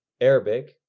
Arabic